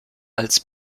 als